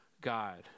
God